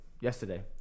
yesterday